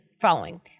following